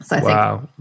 Wow